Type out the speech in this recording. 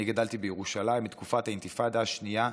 אני גדלתי בירושלים בתקופת האינתיפאדה השנייה,